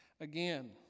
Again